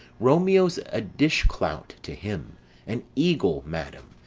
romeo's a dishclout to him. an eagle, madam,